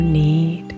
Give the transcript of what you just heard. need